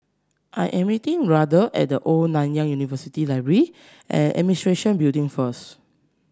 I am meeting Randle at The Old Nanyang University Library and Administration Building first